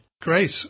Great